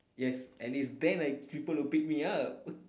yes and it's damn like people will pick me up